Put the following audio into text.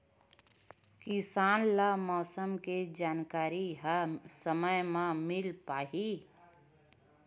किसान ल मौसम के जानकारी ह समय म मिल पाही?